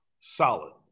solid